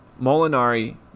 Molinari